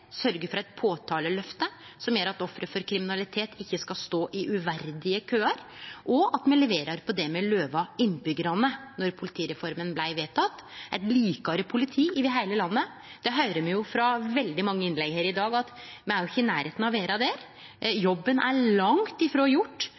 for eit påtaleløft som gjer at ofre for kriminalitet ikkje skal stå i uverdige køar, og at me leverer på det me lova innbyggjarane då politireforma blei vedteke: eit likare politi over heile landet. Me høyrer av mange innlegg her i dag at me ikkje er i nærleiken av å vere der.